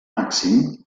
màxim